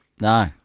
No